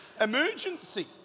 Emergency